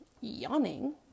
yawning